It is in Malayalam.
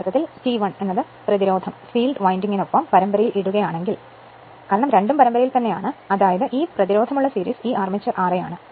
യഥാർത്ഥത്തിൽ T1 പ്രതിരോധം ഫീൽഡ് വൈൻഡിംഗിനൊപ്പം പരമ്പരയിൽ ഇടുകയാണെങ്കിൽ കാരണം രണ്ടും പരമ്പരയിലാണ് അതായത് ഈ പ്രതിരോധമുള്ള സീരീസ് ഈ ആർമേച്ചർ ra ആണ്